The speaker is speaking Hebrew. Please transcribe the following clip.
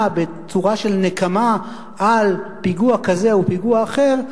בצורה של נקמה על פיגוע כזה או פיגוע אחר,